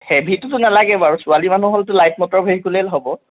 হেভিটোতো নালাগে বাৰু ছোৱালী মানুহ হ'লেতো লাইট মটৰ ভেহিকুলেই হ'ব